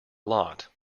lot